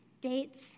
dates